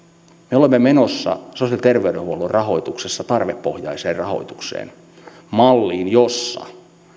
me olemme menossa sosiaali ja terveydenhuollon rahoituksessa tarvepohjaiseen rahoitukseen malliin jossa